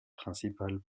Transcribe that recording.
principal